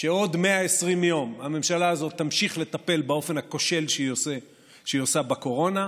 שעוד 120 יום הממשלה הזאת תמשיך לטפל באופן הכושל שהיא עושה בקורונה,